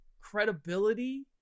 credibility